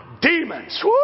Demons